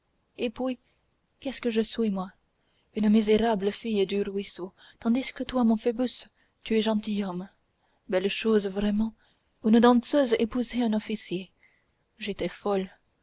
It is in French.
et puis qu'est-ce que je suis moi une misérable fille du ruisseau tandis que toi mon phoebus tu es gentilhomme belle chose vraiment une danseuse épouser un officier j'étais folle